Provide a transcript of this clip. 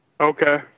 Okay